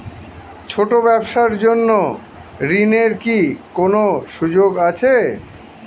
ছোট ব্যবসার জন্য ঋণ এর কি কোন সুযোগ আছে?